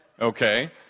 Okay